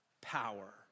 Power